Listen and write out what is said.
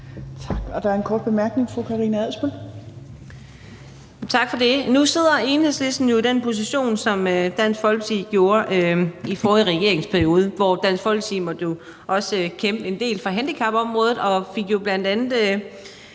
Nu sidder Enhedslisten jo i den position, som Dansk Folkeparti sad i i forrige regeringsperiode, hvor Dansk Folkeparti også måtte kæmpe en del for handicapområdet og jo bl.a.